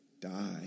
die